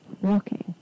walking